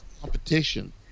competition